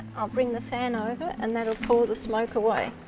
i'll bring the fan over and that'll pull the smoke away.